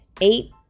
eight